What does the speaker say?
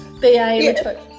BA